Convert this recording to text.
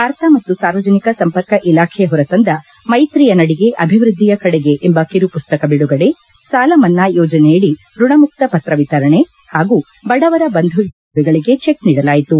ವಾರ್ತಾ ಮತ್ತು ಸಾರ್ವಜನಿಕ ಸಂಪರ್ಕ ಇಲಾಖೆ ಹೊರತಂದ ಮೈತ್ರಿಯ ನಡಿಗೆ ಅಭಿವೃದ್ದಿಯ ಕಡೆಗೆ ಎಂಬ ಕಿರುಪುಸ್ತಕ ಬಿಡುಗಡೆ ಸಾಲ ಮನ್ನಾ ಯೋಜನೆಯಡಿ ಋಣಮುಕ್ತ ಪತ್ರ ವಿತರಣೆ ಹಾಗೂ ಬಡವರ ಬಂಧು ಯೋಜನೆ ಫಲಾನುಭವಿಗಳಿಗೆ ಚೆಕ್ ನೀಡಲಾಯಿತು